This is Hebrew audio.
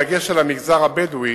בדגש על המגזר הבדואי,